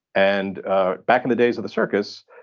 and ah back in the days of the circus,